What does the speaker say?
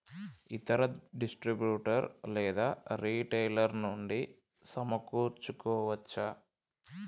ఇతర డిస్ట్రిబ్యూటర్ లేదా రిటైలర్ నుండి సమకూర్చుకోవచ్చా?